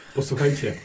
Posłuchajcie